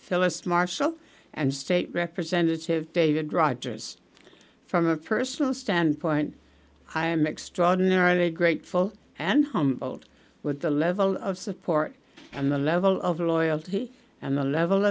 phyllis marshall and state representative david writers from a personal standpoint i am extraordinarily grateful and humbled with the level of support and the level of loyalty and a level